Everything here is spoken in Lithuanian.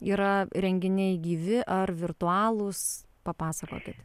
yra renginiai gyvi ar virtualūs papasakokit